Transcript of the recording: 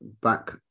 Back